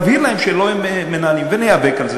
נבהיר להם שלא הם מנהלים, וניאבק על זה.